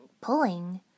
pulling